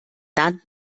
dann